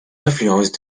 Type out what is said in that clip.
influences